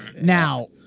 Now